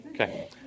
Okay